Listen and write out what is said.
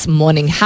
morning